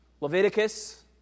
Leviticus